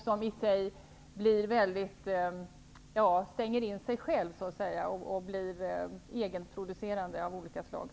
Man stänger så att säga in sig själv och blir egenproducerande på olika sätt.